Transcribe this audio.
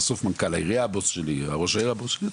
בסוף מנכ"ל העירייה הבוס שלי, ראש העיר הבוס שלי.